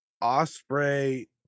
Osprey